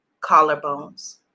collarbones